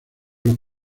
los